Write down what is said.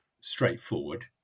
straightforward